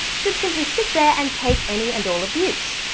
should simply sit there and take any and all abuse.